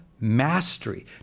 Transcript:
mastery